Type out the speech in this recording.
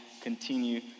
continue